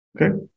Okay